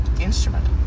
Instrument